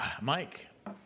Mike